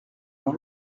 leur